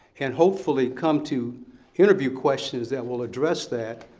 and hopefully come to interview questions that will address that,